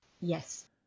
Yes